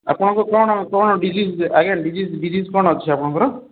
ଆପଣଙ୍କୁ କ'ଣ କ'ଣ ଡିଜିଜ୍ ଆଜ୍ଞା ଡିଜିଜ୍ ଡିଜିଜ୍ କ'ଣ ଅଛି ଆପଣଙ୍କର